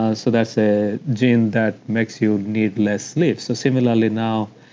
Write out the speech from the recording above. ah so that's a gene that makes you need less sleep, so, similarly now,